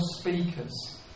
speakers